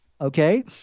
Okay